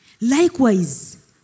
Likewise